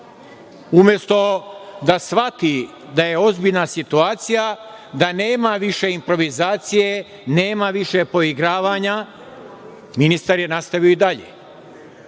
Umesto da shvati da je ozbiljna situacija da nema više improvizacije, nema više poigravanja, ministar je nastavio dalje.